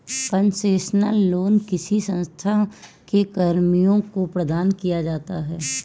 concessional loan किसी संस्था के कर्मियों को प्रदान किया जाता है